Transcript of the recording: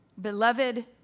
beloved